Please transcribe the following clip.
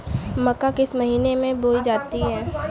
मक्का किस महीने में बोई जाती है?